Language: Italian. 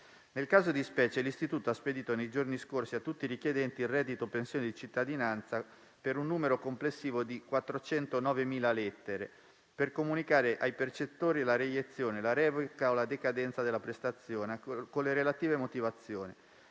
Nel caso di specie, l'Istituto ha spedito nei giorni scorsi a tutti i richiedenti il reddito o pensione di cittadinanza un numero complessivo di 409.000 lettere per comunicare ai percettori la reiezione, la revoca o la decadenza della prestazione, con le relative motivazioni,